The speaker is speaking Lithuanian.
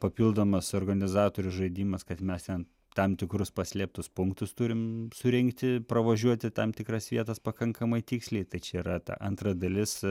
papildomas organizatorių žaidimas kad mes ten tam tikrus paslėptus punktus turim surinkti pravažiuoti tam tikras vietas pakankamai tiksliai tai čia yra ta antra dalis